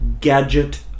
gadget